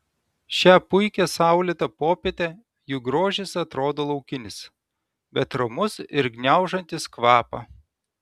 šią puikią saulėtą popietę jų grožis atrodo laukinis bet romus ir gniaužiantis kvapą